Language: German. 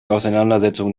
auseinandersetzung